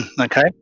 okay